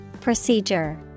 Procedure